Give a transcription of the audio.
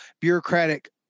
bureaucratic